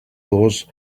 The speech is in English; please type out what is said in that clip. those